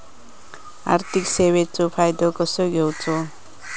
आर्थिक सेवाचो फायदो कसो घेवचो?